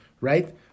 right